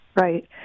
Right